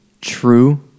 true